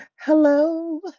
hello